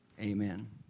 Amen